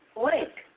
link.